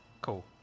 cool